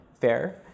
Fair